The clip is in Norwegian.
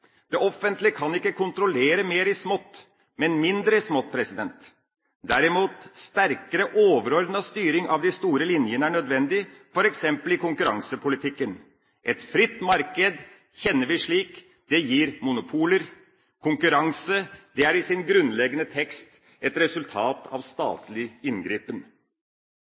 Det offentlige kan ikke kontrollere mer i smått, men mindre i smått. Derimot er sterkere overordnet styring av de store linjene nødvendig, f.eks. i konkurransepolitikken. Et fritt marked kjenner vi slik. Det gir monopoler. Konkurranse er i sin grunnleggende tekst et resultat av statlig inngripen.